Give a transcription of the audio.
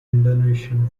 indonesian